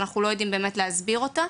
שאנחנו לא יודעים להסביר אותה.